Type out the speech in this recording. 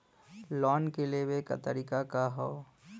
Loan के लेवे क तरीका का ह?